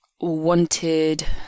wanted